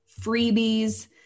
freebies